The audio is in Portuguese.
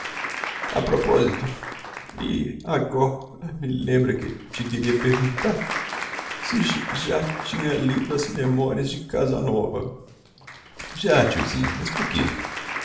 a proposito e ago ra me lembra que te queria perguntar se j já tinhas lido as memorias de cásanova já tiozinho mas por quê